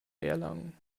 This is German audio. erlangen